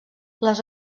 les